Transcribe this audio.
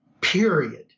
period